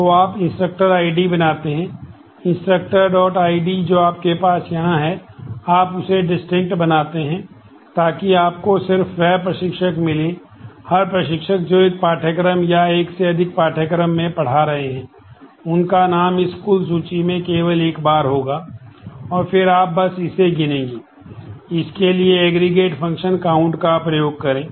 तो आप इंस्ट्रक्टरआईडी का प्रयोग करें